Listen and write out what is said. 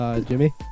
Jimmy